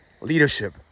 leadership